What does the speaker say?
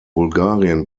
bulgarien